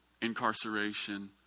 incarceration